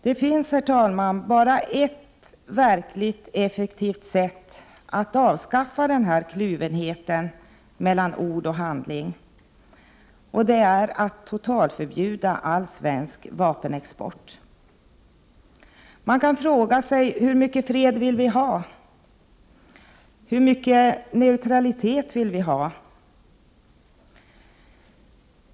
Det finns, herr talman, bara ett verkligt effektivt sätt att avskaffa denna kluvenhet mellan ord och handling. Det är att totalförbjuda all svensk vapenexport. Man kan fråga sig: Hur mycket fred vill vi ha? Hur mycket neutralitet vill vi ha?